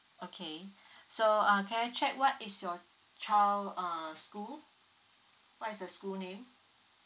okay so uh can I check what is your child uh school what is the school name